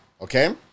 Okay